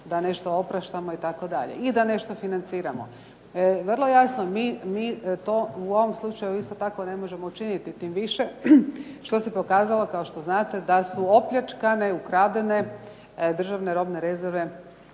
da nešto opraštamo itd., i da nešto financiramo. Vrlo jasno, mi to u ovom slučaju isto tako ne možemo učiniti tim više što se pokazalo kao što znate da su opljačkane, ukradene državne robne rezerve,